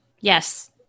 Yes